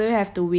ya cause